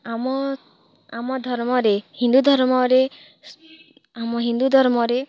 ଆମର୍ ଆମ ଧର୍ମରେ ହିନ୍ଦୁ ଧର୍ମରେ ଆମ ହିନ୍ଦୁ ଧର୍ମରେ